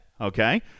Okay